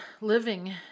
living